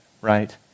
right